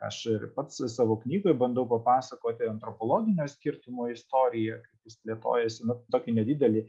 aš ir pats savo knygoje bandau papasakoti antropologinio skirtumo istorijoją jis plėtojasi na tokį nedidelį